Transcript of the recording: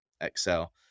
Excel